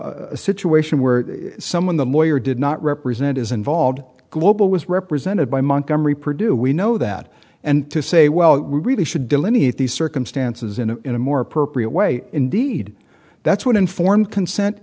a situation where someone the lawyer did not represent is involved global was represented by montgomery producer we know that and to say well we really should delineate these circumstances in a in a more appropriate way indeed that's what informed consent